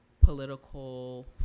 political